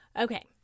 okay